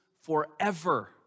forever